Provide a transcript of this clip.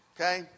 Okay